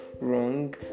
wrong